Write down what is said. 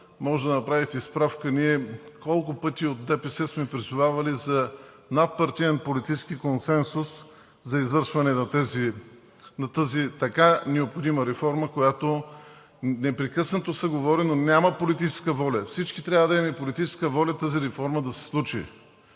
може да направите справка колко пъти от ДПС сме призовавали за надпартиен политически консенсус за извършването на тази така необходима реформа, за която непрекъснато се говори, но няма политическа воля. Всички трябва да имаме политическа воля тази реформа да се случи.